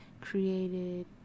created